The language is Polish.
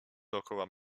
dookoła